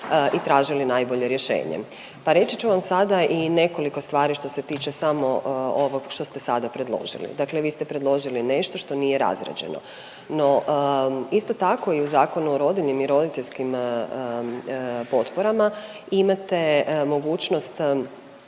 i tražili najbolje rješenje. Pa reći ću vam sada i nekoliko stvari što se tiče samo ovog što ste sada predložili, dakle vi ste predložili nešto što nije razrađeno, no isto tako i u Zakonu o rodiljnim i roditeljskim potporama imate mogućnost